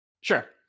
Sure